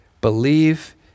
Believe